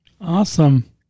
Awesome